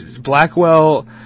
Blackwell